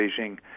Beijing